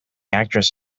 actress